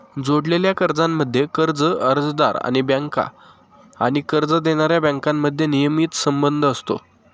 जोडलेल्या कर्जांमध्ये, कर्ज अर्जदार आणि बँका आणि कर्ज देणाऱ्या बँकांमध्ये नियमित संबंध असतो